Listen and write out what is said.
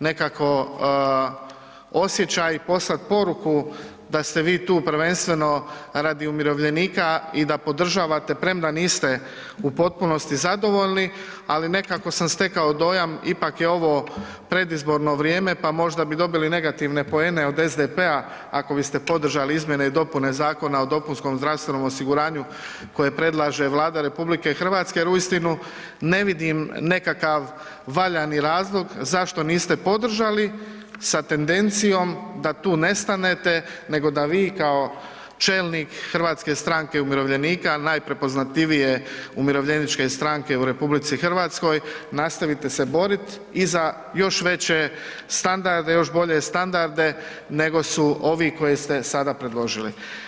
nekako osjećaj i poslati poruku da ste vi tu prvenstveno radi umirovljenika i da podržavate, premda niste u potpunosti zadovoljni, ali nekako sam stekao dojam, ipak je ovo predizborno vrijeme, pa možda bi dobili negativne poene od SDP-a ako biste podržali izmjene i dopune Zakona o dopunskom zdravstvenom osiguranju koje predlaže Vlada RH, jer uistinu ne vidim nekakav valjani razlog zašto niste podržali, sa tendencijom da tu nestanete, nego da vi kao čelnik HSU-a, najprepoznatljivije umirovljeničke stranke u RH, nastavite se boriti i za još veće standarde, još bolje standarde, nego su ovi koje ste sada predložili.